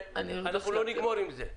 ואנחנו לא נגמור עם זה.